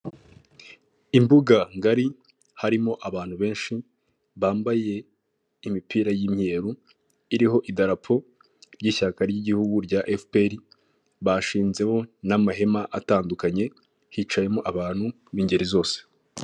Imbuga ngari harimo abantu benshi bambaye imipira y'imyeru, iriho idarapo ry'ishyaka ry'igihugu rya efuperi bashinzemo n'amahema atandukanye hicayemo abantu b'ingeri zose.